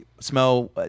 smell